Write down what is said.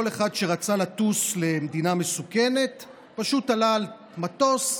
כל אחד שרצה לטוס למדינה מסוכנת פשוט עלה על מטוס,